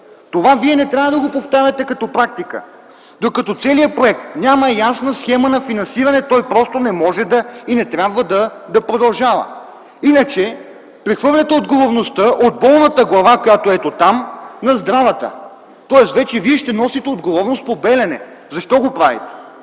Това вие не трябва да го повтаряте като практика. Докато целият проект няма ясна схема на финансиране, той просто не може и не трябва да продължава. Иначе прехвърляте отговорността от болната глава, която е ето там, на здравата. Тоест вече вие ще носите отговорност по „Белене”. Защо го правите?